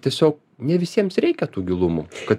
tiesiog ne visiems reikia tų gilumų kad